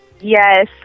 yes